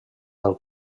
del